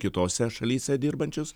kitose šalyse dirbančius